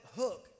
hook